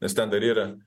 nes ten dar yra